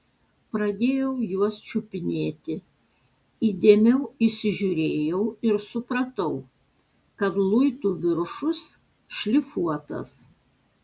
pradėjau juos čiupinėti įdėmiau įsižiūrėjau ir supratau kad luitų viršus šlifuotas